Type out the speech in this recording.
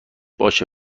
باشه